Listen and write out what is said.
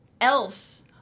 else